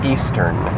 Eastern